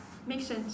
make sense